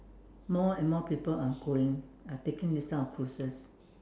more and more people are going are taking these kind of cruises